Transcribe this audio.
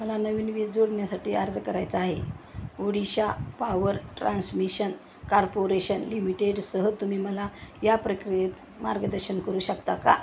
मला नवीन वीज जोडणीसाठी अर्ज करायचा आहे ओडिशा पावर ट्रान्समिशन कार्पोरेशन लिमिटेडसह तुम्ही मला या प्रक्रियेत मार्गदर्शन करू शकता का